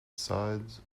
sides